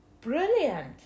brilliant